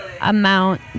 amount